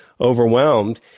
overwhelmed